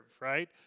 right